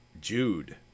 Jude